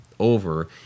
over